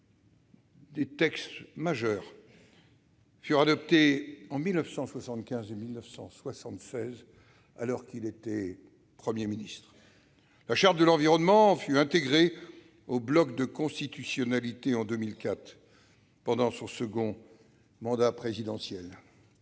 Des textes majeurs furent adoptés en la matière en 1975 et 1976, alors qu'il était Premier ministre, et la Charte de l'environnement fut intégrée au bloc de constitutionnalité en 2004, pendant son second mandat présidentiel.